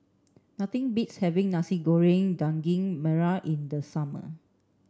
nothing beats having Nasi Goreng Daging Merah in the summer